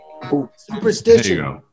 Superstition